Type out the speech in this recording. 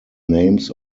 names